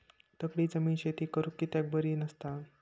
दगडी जमीन शेती करुक कित्याक बरी नसता?